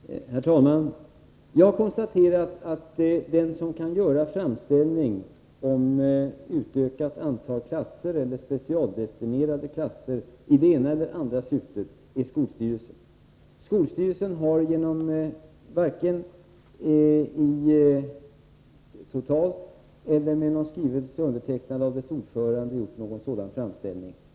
Herr talman! Jag har konstaterat att den som kan göra framställning om utökning av antalet klasser eller specialdestinerade bidrag i det ena eller andra syftet är skolstyrelsen. Skolstyrelsen har emellertid varken gemensamt eller genom någon skrivelse undertecknad av dess ordförande gjort någon sådan framställning.